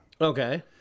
Okay